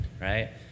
right